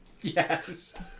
Yes